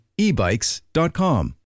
ebikes.com